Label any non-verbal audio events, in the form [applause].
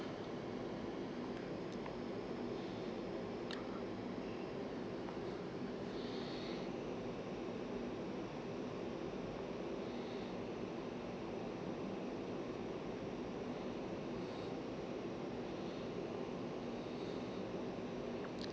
[breath] [breath] [breath] [breath]